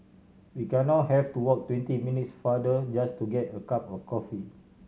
we get now have to walk twenty minutes farther just to get a cup of coffee